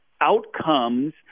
outcomes